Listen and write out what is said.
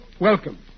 welcome